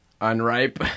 Unripe